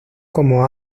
como